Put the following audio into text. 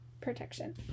protection